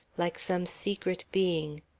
like some secret being.